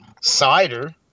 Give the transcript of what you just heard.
cider